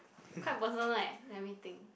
quite personal eh let me think